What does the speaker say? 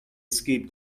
skip